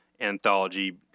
anthology